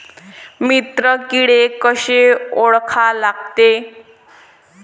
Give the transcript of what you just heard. मित्र किडे कशे ओळखा लागते?